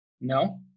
No